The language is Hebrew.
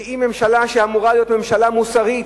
שאמורה להיות ממשלה מוסרית,